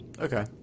Okay